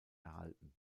erhalten